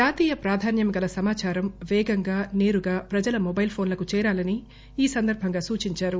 జాతీయ ప్రాధాన్యంగల సమాచారం పేగంగా సేరుగా ప్రజల మొబైల్ ఫోన్లకు చేరాలని ఈ సందర్బంగా సూచించారు